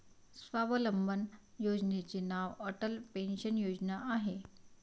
स्वावलंबन योजनेचे नाव अटल पेन्शन योजना आहे